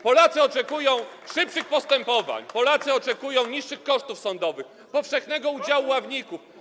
Polacy oczekują szybszych postępowań, Polacy oczekują niższych kosztów sądowych, powszechnego udziału ławników.